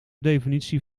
definitie